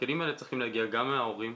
והכלים האלה צריכים להגיע גם מההורים,